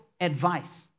advice